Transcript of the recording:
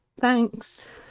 Thanks